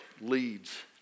leads